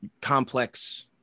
complex